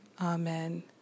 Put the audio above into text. Amen